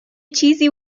چیزی